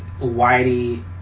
Whitey